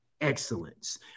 excellence